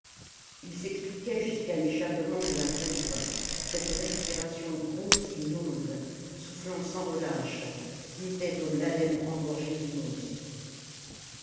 il s'expliquait jusqu'à l'échappement de la pompe cette respiration grosse et longue soufflant sans relâche qui était comme l'haleine engorgée du monstre